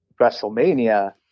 WrestleMania